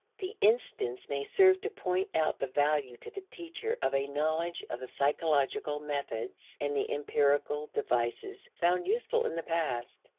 the instance may serve to point out the value to the teacher of a knowledge of the psychological methods and the empirical devices found useful in the past.